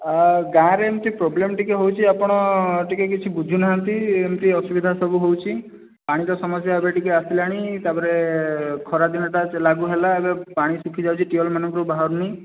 ଗାଁରେ ଏମିତି ପ୍ରୋବ୍ଲେମ ଟିକେ ହେଉଛି ଆପଣ ଟିକେ କିଛି ବୁଝୁନାହାନ୍ତି ଏମିତି ଅସୁବିଧା ସବୁ ହେଉଛି ପାଣିର ସମସ୍ୟା ଏବେ ଟିକେ ଆସିଲାଣି ତାପରେ ଖରାଦିନଟା ଲାଗୁହେଲା ଏବେ ପାଣି ଶୁଖିଯାଉଛି ଟିୱେଲ ମାନଙ୍କରୁ ବାହାରୁନି